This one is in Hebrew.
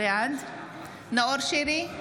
בעד נאור שירי,